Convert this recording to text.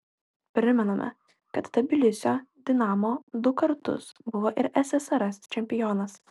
primename kad tbilisio dinamo du kartus buvo ir ssrs čempionas